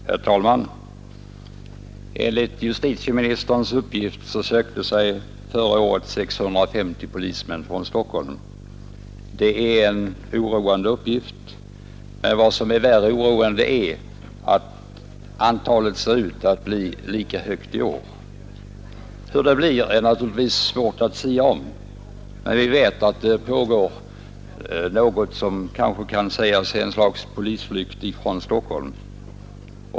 Herr talman! Enligt justitieministerns uppgift sökte sig förra året 650 polismän från Stockholm. Det är en oroande uppgift. Men vad som ännu mer oroande är att antalet ser ut att bli lika högt i år. Hur det blir är naturligtvis svårt att sia om, men vi vet att det pågår något som kanske kan sägas vara ett slags polisflykt från Stockholm.